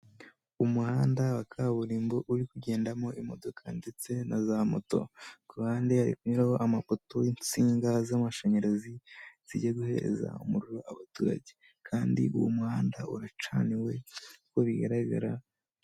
Umuhanda wa kaburimbo uri kugendamo imodoka ndetse na za moto, kuhande hari kunyuraho amapoto y'insinga z'amashanyarazi zijya guheza umuriro abaturage, kandi uwo muhanda uracaniwe uko bigaragara.